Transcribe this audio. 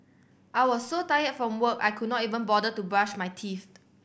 I was so tired from work I could not even bother to brush my teeth